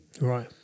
Right